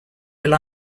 rely